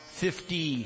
fifty